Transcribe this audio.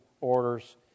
orders